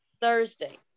Thursday